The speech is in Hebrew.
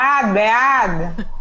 בעד, בעד.